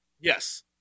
Yes